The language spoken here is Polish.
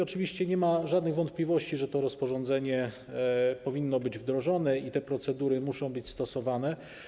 Oczywiście nie ma żadnych wątpliwości, że to rozporządzenie powinno być wdrożone i te procedury muszą być stosowane.